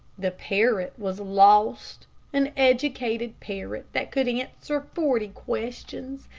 the parrot was lost an educated parrot that could answer forty questions,